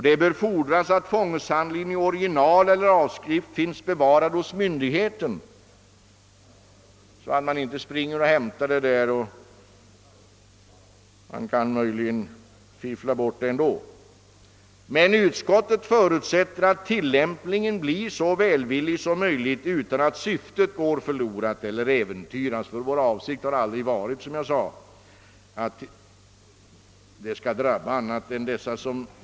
Det bör fordras att fångeshandlingen i original eller avskrift finns bevarad hos myndigheten. Utskottet förutsätter att tillämpningen blir så välvillig som möjligt utan att syftet med lagstiftningen går förlorat eller äventyras.